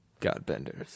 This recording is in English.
Godbenders